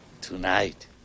Tonight